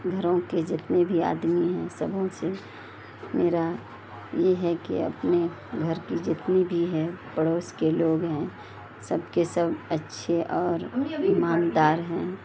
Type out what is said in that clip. گھروں کے جتنے بھی آدمی ہیں سبھوں سے میرا یہ ہے کہ اپنے گھر کی جتنی بھی ہے پڑوس کے لوگ ہیں سب کے سب اچھے اور ایماندار ہیں